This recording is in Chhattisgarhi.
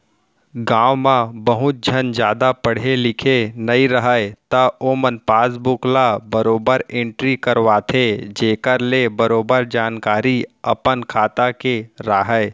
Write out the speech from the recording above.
गॉंव म बहुत झन जादा पढ़े लिखे नइ रहयँ त ओमन पासबुक ल बरोबर एंटरी करवाथें जेखर ले बरोबर जानकारी अपन खाता के राहय